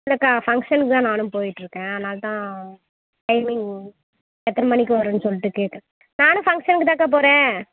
இல்லைக்கா பங்க்ஷனுக்கு தான் நானும் போயிட்டுருக்கேன் அதனால தான் டைமிங் எத்தனை மணிக்கு வருன்னு சொல்லிட்டு கேட்டேன் நானும் பங்க்ஷனுக்கு தான்கா போகறேன்